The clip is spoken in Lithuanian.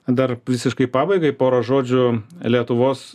dar visiškai pabaigai porą žodžių lietuvos